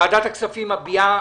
ועדת הכספים מביעה